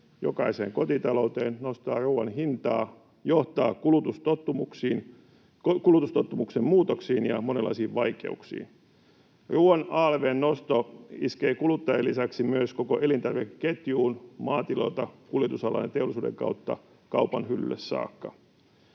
jokaiseen kotitalouteen, nostaa ruuan hintaa, johtaa kulutustottumusten muutoksiin ja monenlaisiin vaikeuksiin. Ruuan alv:n nosto iskee kuluttajien lisäksi myös koko elintarvikeketjuun maatiloilta kuljetusalan ja teollisuuden kautta kaupan hyllylle saakka.